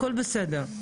הכול בסדר,